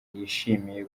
yishimiye